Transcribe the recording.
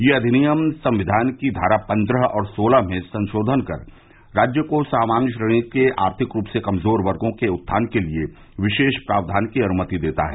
यह अधिनियम संविधान की धारा पन्द्रह और सोलह में संशोधन कर राज्य को सामान्य श्रेणी के आर्थिक रूप से कमजोर वर्गो के उत्थान के लिए विशेष प्रावधान की अनुमति देता है